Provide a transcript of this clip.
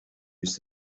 used